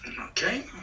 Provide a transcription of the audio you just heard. Okay